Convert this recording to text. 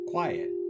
quiet